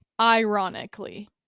ironically